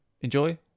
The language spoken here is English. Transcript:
enjoy